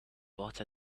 bought